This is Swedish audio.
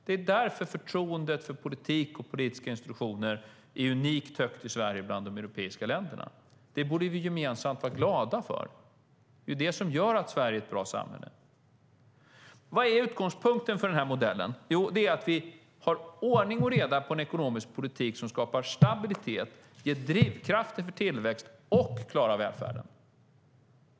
Det är därför förtroendet för politik och politiska institutioner är unikt högt i Sverige bland de europeiska länderna. Det borde vi gemensamt vara glada för. Det är ju detta som gör att Sverige är ett bra samhälle. Vad är utgångspunkten för den här modellen? Jo, det är att vi har ordning och reda på en ekonomisk politik som skapar stabilitet, ger drivkrafter för tillväxt och klarar välfärden.